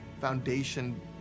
foundation